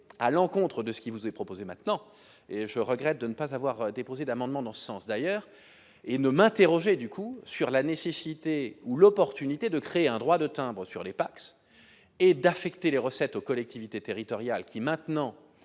à l'encontre de ce qui vous est proposé maintenant et je regrette de ne pas avoir déposé d'amendement dans ce sens d'ailleurs et ne m'interroger, du coup, sur la nécessité ou l'opportunité de créer un droit de timbre sur les Pacs et d'affecter les recettes aux collectivités territoriales qui maintenant,